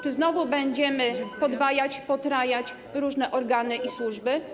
Czy znowu będziemy podwajać, potrajać różne organy i służby?